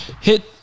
Hit